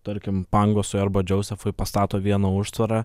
tarkim pangosui arba džozefui pastato vieną užtvarą